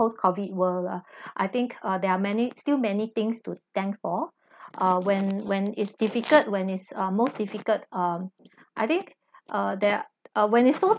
post-COVID world lah I think uh there are many still many things to thank for uh when when it's difficult when it's uh most difficult um I think uh there when it's so